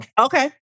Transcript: Okay